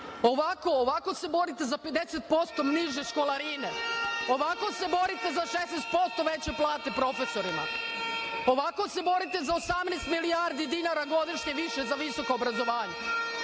Ovako se borite za 50% niže školarine? Ovako se borite za 16% veće plate profesorima? Ovako se borite za 18 milijardi dinara godišnje više za visoko obrazovanje?